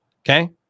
Okay